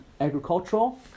Agricultural